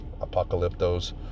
apocalyptos